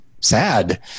sad